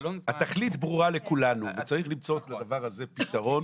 התכלית ברורה לכולנו וצריך למצוא לדבר הזה פתרון.